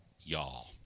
y'all